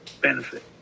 benefit